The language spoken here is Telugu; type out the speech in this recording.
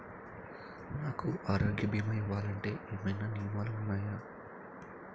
నాకు ఆరోగ్య భీమా ఇవ్వాలంటే ఏమైనా నియమాలు వున్నాయా?